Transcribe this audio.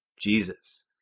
Jesus